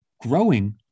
growing